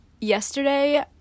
yesterday